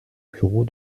bureau